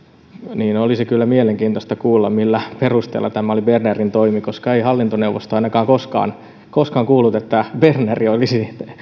olisi kyllä mielenkiintoista kuulla millä perusteella tämä oli bernerin toimi koska ei hallintoneuvosto ainakaan koskaan koskaan kuullut että berner olisi